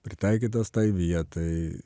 pritaikytas tai vietai